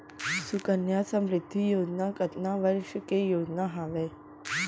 सुकन्या समृद्धि योजना कतना वर्ष के योजना हावे?